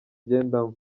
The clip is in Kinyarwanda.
agendamo